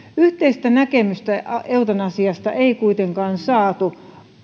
yhteistä näkemystä eutanasiasta ei kuitenkaan saatu